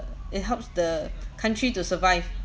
it helps the country to survive